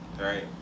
right